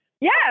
yes